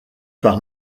par